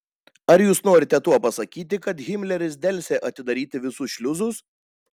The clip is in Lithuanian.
ar jūs norite tuo pasakyti kad himleris delsė atidaryti visus šliuzus